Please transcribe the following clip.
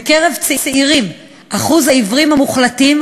בקרב צעירים אחוז העיוורים המוחלטים